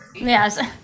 Yes